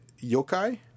yokai